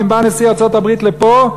ואם בא נשיא ארצות-הברית לפה,